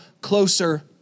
closer